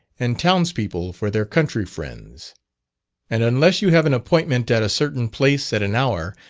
and towns-people for their country friends and unless you have an appointment at a certain place at an hour,